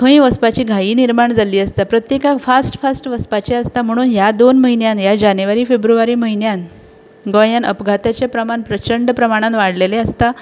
खंयी वचपाची घायी निर्माण जाल्ली आसता प्रत्येकाक फास्ट फास्ट वचपाचें आसता म्हुणुन ह्या दोन म्हयन्यांत जानेवारी फेब्रुवारी म्हयन्यांत गोंयांत अपघातांचें प्रमाण प्रचंड प्रमाणांत वाडलेलें आसता